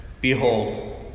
Behold